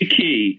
key